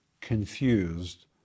confused